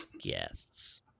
guests